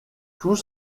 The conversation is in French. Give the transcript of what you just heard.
tous